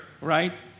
right